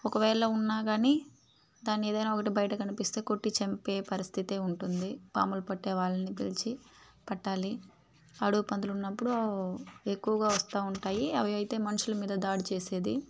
ఒకవేళ ఉన్నా కానీ దాన్ని ఏదైనా ఒకటి బయట కనిపిస్తే కొట్టి చంపే పరిస్థితే ఉంటుంది పాములు పట్టే వాళ్ళని పిలిచి పట్టాలి అడవి పందులున్నప్పుడు ఎక్కువగా వస్తా ఉంటాయి అవి అయితే మనుషుల మీద దాడి చేసేవి